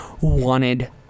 wanted